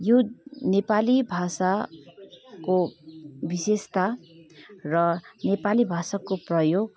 यो नेपाली भाषाको विशेषता र नेपाली भाषाको प्रयोग